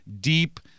deep